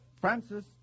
Francis